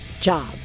job